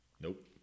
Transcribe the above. Nope